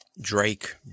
Drake